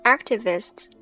Activists